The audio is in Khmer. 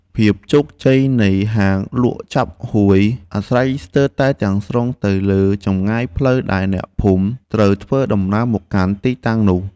ភាពជោគជ័យនៃហាងលក់ចាប់ហួយអាស្រ័យស្ទើរតែទាំងស្រុងទៅលើចម្ងាយផ្លូវដែលអ្នកភូមិត្រូវធ្វើដំណើរមកកាន់ទីតាំងនោះ។